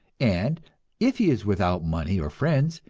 and if he is without money or friends,